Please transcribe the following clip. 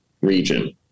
region